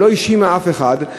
שלא האשימה אף אחד,